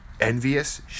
envious